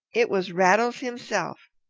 it was rattles himself.